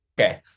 okay